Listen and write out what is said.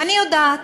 אני יודעת